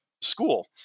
school